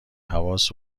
حواس